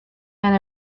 and